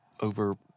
over